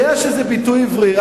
אני יודע שזה ביטוי עברי,